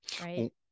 Right